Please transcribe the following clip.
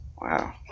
Wow